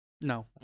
No